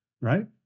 Right